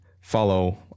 follow